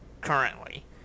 currently